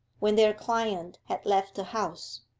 when their client had left the house.